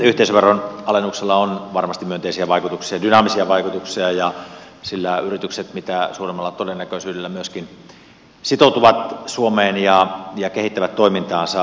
yhteisöveron alennuksella on varmasti myönteisiä vaikutuksia dynaamisia vaikutuksia ja sillä yritykset mitä suurimmalla todennäköisyydellä myöskin sitoutuvat suomeen ja kehittävät toimintaansa